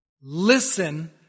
Listen